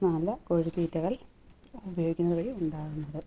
നല്ല കോഴിത്തീറ്റകൾ ഉപയോഗിക്കുന്നത് വഴി ഉണ്ടാകുന്നത്